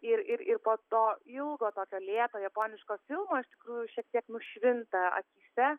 ir ir ir po to ilgo tokio lėto japoniško filmo iš tikrųjų šiek tiek nušvinta akyse